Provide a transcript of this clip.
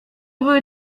były